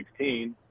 2016